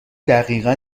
دقیقا